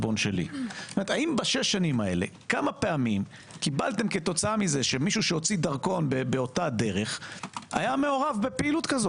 למשטרה אם מדברים במושגים של השכל הישר ומישהו שכן היה פה ולא היה פה,